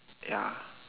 ya